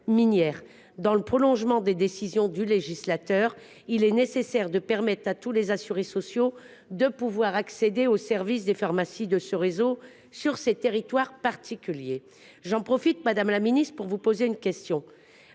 minière. Dans le prolongement des décisions du législateur, il est nécessaire de donner accès à tous les assurés sociaux aux services des pharmacies de ce réseau sur ces territoires particuliers. J’en profite, madame la ministre, pour vous poser une question